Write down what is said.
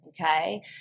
okay